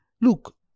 Look